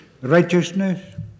Righteousness